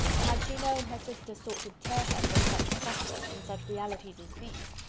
had she known her sister sought to tear her from such prospects and such realities as these,